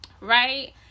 right